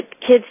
kids